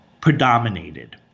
predominated